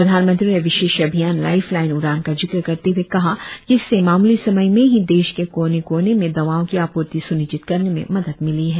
प्रधानमंत्री ने विशेष अभियान लाइफलाइन उड़ान का जिक्र करते हए कहा कि इससे मामूली समय में ही देश के कोने कोने में दवाओं की आपूर्ति स्निश्चित करने में मदद मिली है